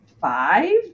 five